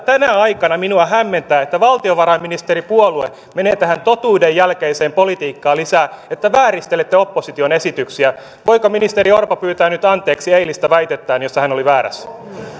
tänä aikana minua hämmentää että valtiovarainministeripuolue menee lisää tähän totuuden jälkeiseen politiikkaan että vääristelette opposition esityksiä voiko ministeri orpo pyytää nyt anteeksi eilistä väitettään jossa hän oli väärässä